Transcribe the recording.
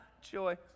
Joy